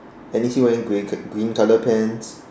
and is he wearing grey green colour pants